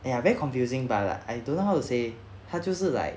!aiya! very confusing but I don't know how to say 他就是 like